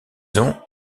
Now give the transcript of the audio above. ont